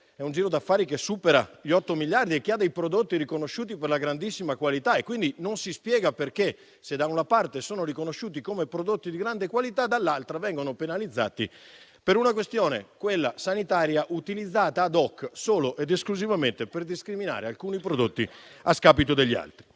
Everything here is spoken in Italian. e un giro d'affari che supera gli 8 miliardi e che ha prodotti riconosciuti per la grandissima qualità. Non si spiega, quindi, perché, se da una parte, i nostri prodotti sono riconosciuti come di grande qualità, dall'altra, vengano penalizzati per una questione - quella sanitaria - utilizzata *ad hoc* solo ed esclusivamente per discriminare alcuni prodotti a vantaggio di altri.